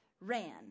ran